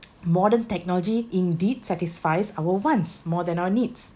modern technology indeed satisfies our wants more than our needs